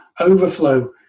overflow